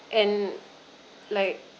and like